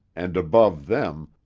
and, above them,